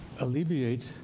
alleviate